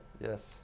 yes